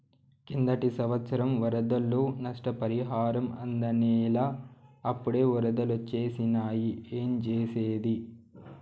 కిందటి సంవత్సరం వరదల్లో నష్టపరిహారం అందనేలా, అప్పుడే ఒరదలొచ్చేసినాయి ఏంజేసేది